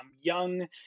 young